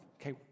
okay